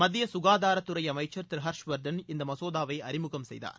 மத்திய சுகாதாரத்துறை அமைச்சர் திரு ஹர்ஷ் வர்தன் இந்த மசோதாவை அறிமுகம் செய்தார்